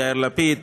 יאיר לפיד,